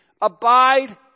Abide